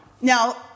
Now